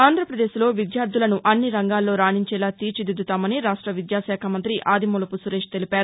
ఆంధ్రప్రదేశ్లో విద్యార్టులను అన్ని రంగాల్లో రాణించేలా తీర్చిదిద్దుతామని రాష్ట విద్యాకాఖ మంత్రి ఆదిమూలపు సురేష్ తెలిపారు